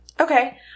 Okay